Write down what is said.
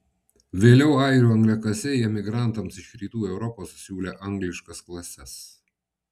vėliau airių angliakasiai emigrantams iš rytų europos siūlė angliškas klases